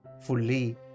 fully